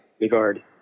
regard